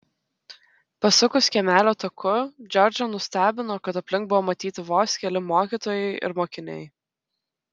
pasukus kiemelio taku džordžą nustebino kad aplink buvo matyti vos keli mokytojai ir mokiniai